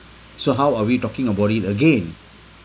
so how are we talking about it again